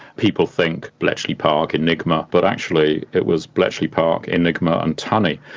people think bletchley park, enigma, but actually it was bletchley park, enigma and tunny.